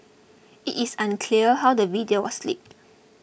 it is unclear how the video was leaked